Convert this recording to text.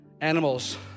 animals